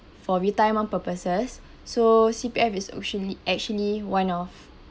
for retirement purposes so C_P_F is actually one of